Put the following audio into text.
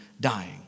dying